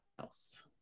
else